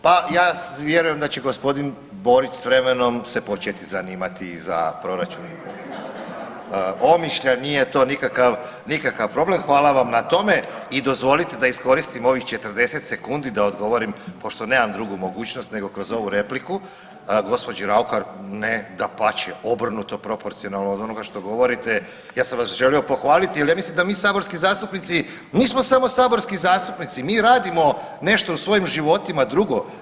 Pa ja vjerujem da će g. Borić s vremenom se početi zanimati i za proračun Omišlja, nije to nikakav problem, hvala vam na tome i dozvolite da iskoristim ovih 40 sekundi da odgovorim, pošto nemam drugu mogućnost nego kroz ovu repliku gđi. Raukar, ne, dapače, obrnuto proporcionalno od onoga što govorite, ja sam vas želio pohvaliti jer ja mislim da mi saborski zastupnici nismo samo saborski zastupnici, mi radimo nešto u svojim životima drugo.